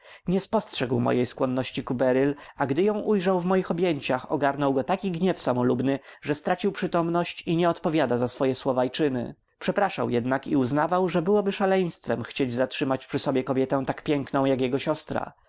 nie spostrzegł mojej skłonności ku beryl a gdy ją ujrzał w moich objęciach ogarnął go taki gniew samolubny że stracił przytomność i nie odpowiada za swoje słowa i czyny przepraszał jednak i uznawał że byłoby szaleństwem chcieć zatrzymać przy sobie kobietę tak piękną jak jego siostra